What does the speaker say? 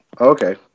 Okay